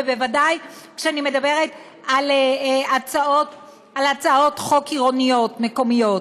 ובוודאי כשאני מדברת על הצעות חוק עירוניות מקומיות